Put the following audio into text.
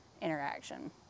interaction